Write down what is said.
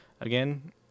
Again